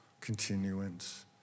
continuance